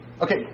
Okay